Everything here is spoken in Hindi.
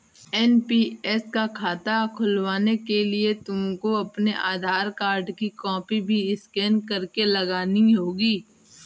एन.पी.एस का खाता खुलवाने के लिए तुमको अपने आधार कार्ड की कॉपी भी स्कैन करके लगानी होगी